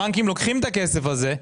הבנקים לוקחים את הכסף הזה,